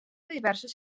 diversos